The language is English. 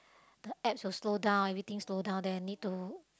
the apps will slow down everything slow down then need to